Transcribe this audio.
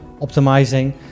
optimizing